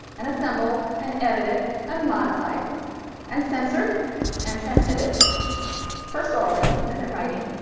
and assembled and edited and modified and censored and transmitted first orally and then in writing